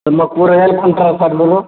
మా కూరగాయలు కొంటారా సార్ మీరు